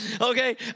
okay